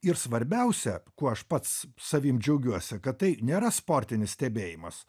ir svarbiausia kuo aš pats savim džiaugiuosi kad tai nėra sportinis stebėjimas